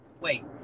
Wait